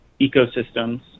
ecosystems